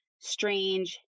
strange